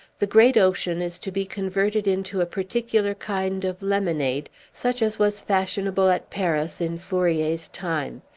the great ocean is to be converted into a particular kind of lemonade, such as was fashionable at paris in fourier's time.